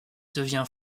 devient